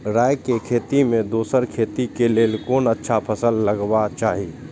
राय के खेती मे दोसर खेती के लेल कोन अच्छा फसल लगवाक चाहिँ?